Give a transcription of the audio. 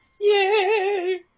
Yay